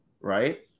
right